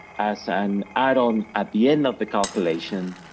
as an add-on at the end of the calculation,